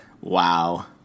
Wow